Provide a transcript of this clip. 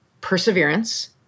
perseverance